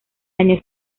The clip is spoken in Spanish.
año